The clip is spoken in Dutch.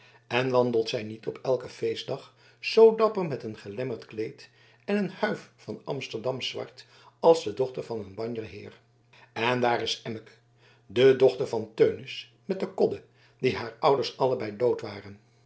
en wandelt zij niet op elken feestdag zoo dapper met een gelemmerd kleed en een huif van amsterdamsch zwart als de dochter van een banjer heer en daar is emmeke de dochter van teunis met de kodde die haar ouders allebei dood waren